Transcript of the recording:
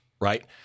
right